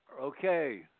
Okay